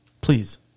Please